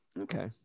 Okay